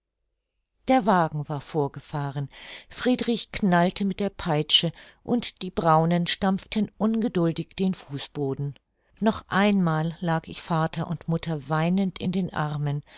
der wagen war vorgefahren friedrich knallte mit der peitsche und die braunen stampften ungeduldig den fußboden noch einmal lag ich vater und mutter weinend in den armen